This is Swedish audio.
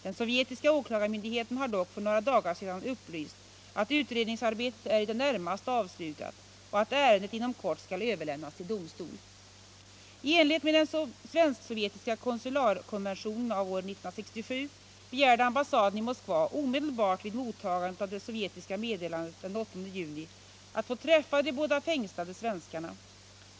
Den sovjetiska åklagarmyndigheten har dock för några dagar sedan upplyst att utredningsarbetet är i det närmaste avslutat och att ärendet inom kort skall överlämnas till domstol. I enlighet med den svensk-sovjetiska konsularkonventionen av år 1967 begärde ambassaden i Moskva omedelbart vid mottagandet av det sovjetiska meddelandet den 8 juni att få träffa de båda fängslade svenskarna.